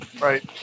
right